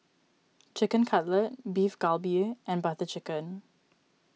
Chicken Cutlet Beef Galbi and Butter Chicken